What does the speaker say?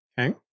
Okay